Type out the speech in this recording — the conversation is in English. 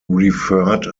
referred